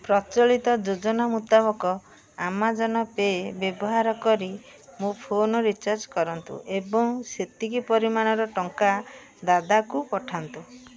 ପ୍ରଚଳିତ ଯୋଜନା ମୁତାବକ ଆମାଜନ୍ ପେ ବ୍ୟବହାର କରି ମୋ ଫୋନ୍ ରିଚାର୍ଜ କରନ୍ତୁ ଏବଂ ସେତିକି ପରିମାଣର ଟଙ୍କା ଦାଦାକୁ ପଠାନ୍ତୁ